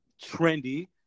Trendy